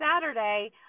Saturday